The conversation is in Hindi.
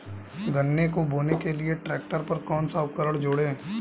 गन्ने को बोने के लिये ट्रैक्टर पर कौन सा उपकरण जोड़ें?